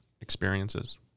experiences